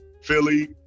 Philly